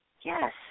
Yes